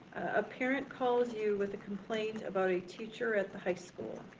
a parent calls you with a complaint about a teacher at the high school.